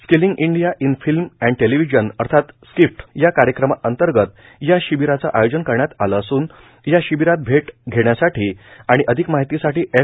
skilling India in film and television अर्थात SKIFT या कार्यक्रमा अंतर्गत या शिबीराचे आयोजन करण्यात आले असून या शिबीरात प्रवेश घेण्यासाठी आणि अधिक माहितीसाठी एफ